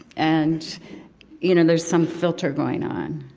and you know there's some filter going on.